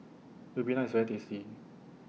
Ribena IS very tasty